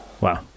Wow